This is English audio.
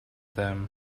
them